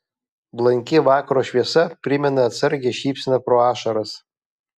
blanki vakaro šviesa primena atsargią šypseną pro ašaras